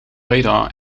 radar